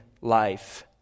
life